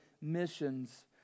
missions